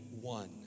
one